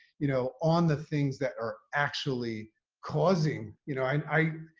you know, on the things that are actually causing, you know, i,